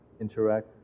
interact